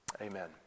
Amen